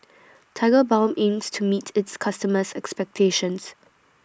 Tigerbalm aims to meet its customers' expectations